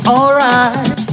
Alright